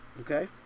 okay